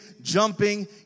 jumping